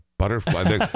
butterfly